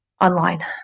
Online